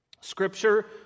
Scripture